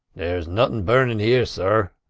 there's northen burnin' here, sir.